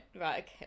right